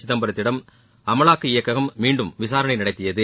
சிதம்பரத்திடம் அமலாக்க இயக்ககம் மீண்டும் விசாரணை நடத்தியது